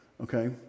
okay